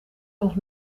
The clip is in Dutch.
nog